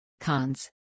Cons